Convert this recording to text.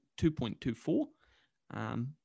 2.24